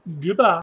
Goodbye